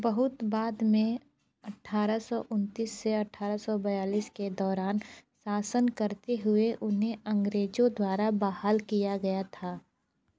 बहुत बाद में अठारह सौ उनतीस से अठारह सौ बयालीस के दौरान शासन करते हुए उन्हें अंग्रेजों द्वारा बहाल किया गया था